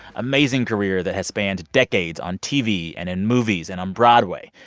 amazing career that has spanned decades on tv and in movies and on broadway.